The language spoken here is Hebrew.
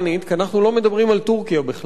כי אנחנו לא מדברים על טורקיה בכלל,